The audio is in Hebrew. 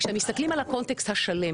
כשמסתכלים על הקונטקסט השלם